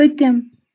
پٔتِم